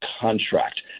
contract